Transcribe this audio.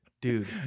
dude